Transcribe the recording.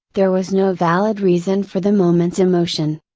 there was no valid reason for the moment's emotion.